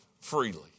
freely